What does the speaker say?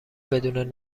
بدون